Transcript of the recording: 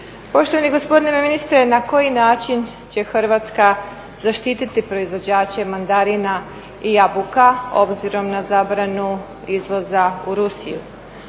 Poštovani gospodine ministre na koji način će Hrvatska zaštiti proizvođače mandarina i jabuka obzirom na zabranu izvoza u Rusiju?